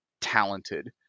talented